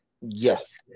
Yes